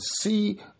see